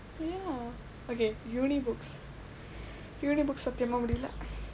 ya okay uni books uni books சத்தியமா முடியல:saththiyamaa mudiyala